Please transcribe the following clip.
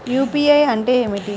UPI అంటే ఏమిటీ?